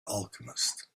alchemist